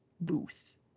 booth